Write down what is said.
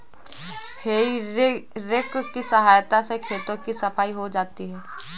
हेइ रेक की सहायता से खेतों की सफाई हो जाती है